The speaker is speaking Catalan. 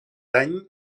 any